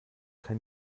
kein